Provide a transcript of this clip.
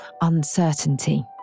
uncertainty